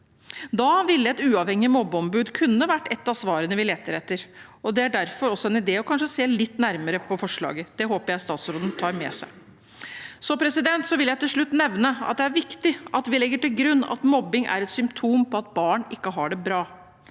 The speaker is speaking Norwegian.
Da ville et uavhengig mobbeombud kunne ha vært et av svarene vi leter etter, og det er derfor også en idé kanskje å se litt nærmere på det forslaget. Det håper jeg statsråden tar med seg. Til slutt vil jeg nevne at det er viktig at vi legger til grunn at mobbing er et symptom på at barn ikke har det